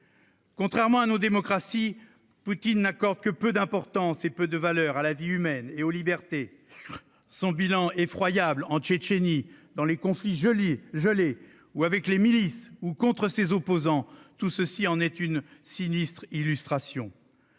Contrairement à nos démocraties, Poutine n'accorde que peu d'importance et de valeur à la vie humaine et aux libertés. Son bilan effroyable en Tchétchénie, dans les conflits gelés, avec ses milices ou contre ses opposants, en donne une sinistre illustration.